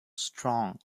strong